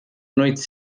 noite